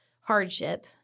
hardship